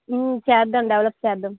చేద్దాం డెవలప్ చేద్దాం